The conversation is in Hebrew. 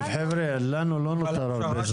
טוב חבר'ה, לנו לא נותר הרבה זמן.